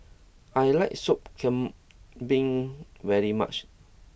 I like Sop Kambing very much